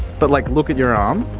but like look at your arm.